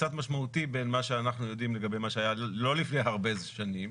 קצת משמעותי בין מה שאנחנו יודעים לגבי מה שהיה לא לפני הרבה שנים